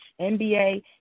NBA